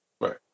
Right